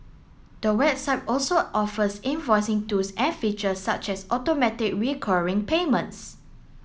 the website also offers invoicing tools and features such as automatic recurring payments